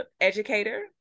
educator